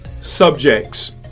subjects